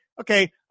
okay